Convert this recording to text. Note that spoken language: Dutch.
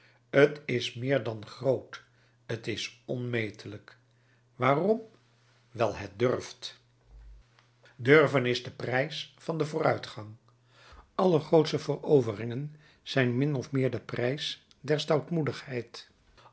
t is meer dan groot t is onmetelijk waarom wijl het durft durven is de prijs van den vooruitgang alle grootsche veroveringen zijn min of meer de prijs der